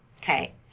Okay